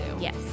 yes